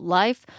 life